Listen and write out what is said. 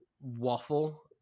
waffle